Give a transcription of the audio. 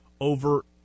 over